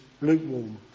lukewarm